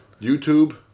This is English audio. YouTube